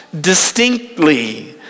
distinctly